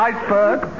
Iceberg